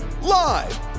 live